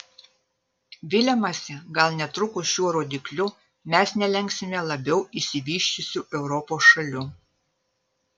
viliamasi gal netrukus šiuo rodikliu mes nelenksime labiau išsivysčiusių europos šalių